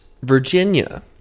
Virginia